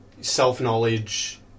self-knowledge